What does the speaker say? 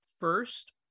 first